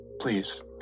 Please